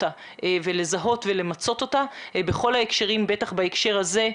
אותה אלא לזהות ולמצות אותה בכל ההקשרים ובטח בהקשר הזה.